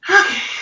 Okay